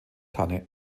tanne